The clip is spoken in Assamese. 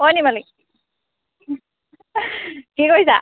ঐ নিৰ্মালী কি কৰিছা